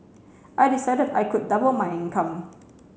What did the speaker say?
I decided I could double my income